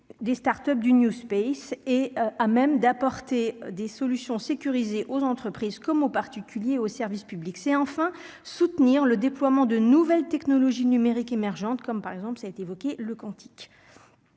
des Start-Up du New Space est à même d'apporter des solutions sécurisées aux entreprises comme aux particuliers, au service public sait enfin soutenir le déploiement de nouvelles technologies numériques émergentes comme, par exemple, ça a été évoqué le Cantique,